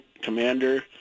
commander